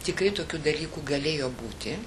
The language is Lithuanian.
tikrai tokių dalykų galėjo būti